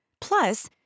Plus